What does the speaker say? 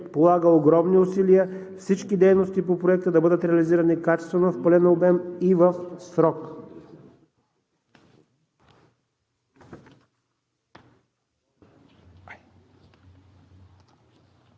полага огромни усилия всички дейности по Проекта да бъдат реализирани качествено в пълен обем и в срок.